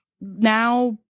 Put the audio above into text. now